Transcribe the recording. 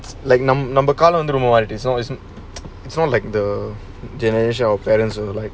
it's like நம்மநம்மகாலம்வந்துரொம்பமாறிட்டு:namma namma kaalam vandhu romba maaritu it's sounds like the generation our parents or like